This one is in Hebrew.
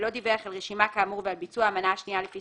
ולא דיווח על רשימה כאמור ועל ביצוע המנה השנייה או השלישית,